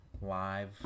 live